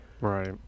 Right